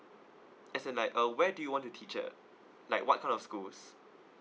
as in like uh where do you want to teacher like what kind of schools